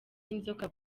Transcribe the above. inzoka